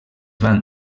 van